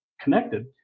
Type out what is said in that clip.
connected